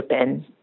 open